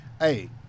Hey